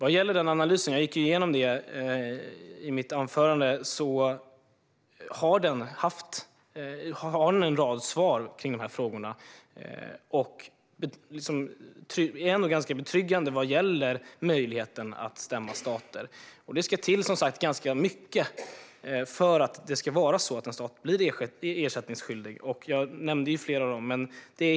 Analysen, som jag gick igenom i mitt anförande, har en rad svar på de här frågorna. Det är ändå ganska betryggande vad gäller möjligheten att stämma stater. Det ska som sagt till ganska mycket för att en stat ska bli ersättningsskyldig, och jag nämnde flera av skälen.